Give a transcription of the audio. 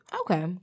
Okay